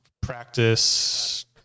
practice